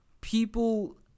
people